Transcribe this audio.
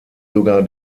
sogar